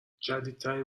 جدیدترین